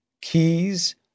keys